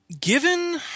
Given